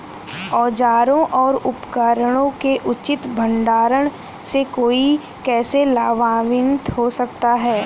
औजारों और उपकरणों के उचित भंडारण से कोई कैसे लाभान्वित हो सकता है?